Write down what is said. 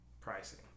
pricing